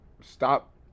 stop